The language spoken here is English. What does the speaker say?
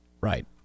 Right